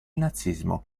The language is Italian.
nazismo